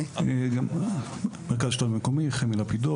יועץ משפטי, מרכז שלטון מקומי.